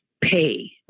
pay